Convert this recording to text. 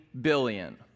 billion